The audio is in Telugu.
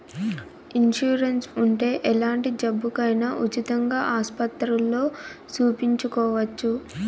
ఇన్సూరెన్స్ ఉంటే ఎలాంటి జబ్బుకైనా ఉచితంగా ఆస్పత్రుల్లో సూపించుకోవచ్చు